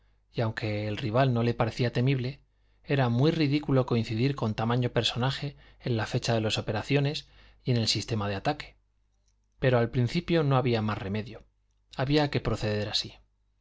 y aunque el rival no le parecía temible era muy ridículo coincidir con tamaño personaje en la fecha de las operaciones y en el sistema de ataque pero al principio no había más remedio había que proceder así